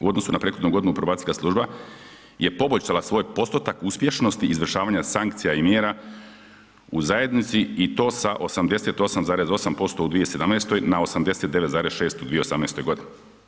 U odnosu na prethodnu godinu, probacijska služba je poboljšala svoj postotak uspješnosti izvršavanja sankcija i mjera u zajednici i to sa 88,8% u 2017. na 89,6% u 2018. godini.